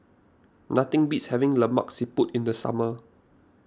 nothing beats having Lemak Siput in the summer